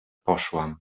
poszłam